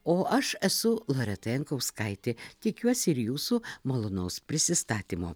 o aš esu loreta jankauskaitė tikiuosi ir jūsų malonaus prisistatymo